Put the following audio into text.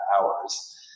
hours